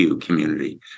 community